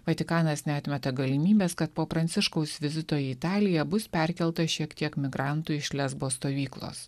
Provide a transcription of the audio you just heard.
vatikanas neatmeta galimybės kad po pranciškaus vizito į italiją bus perkelta šiek tiek migrantų iš lezbo stovyklos